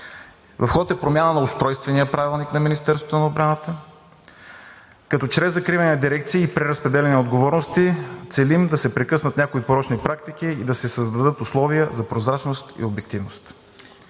В ход е промяна на Устройствения правилник на Министерството на отбраната, като чрез закриване на дирекции и преразпределяне на отговорности целим да се прекъснат някои порочни практики и да се създадат условия за прозрачност и обективност.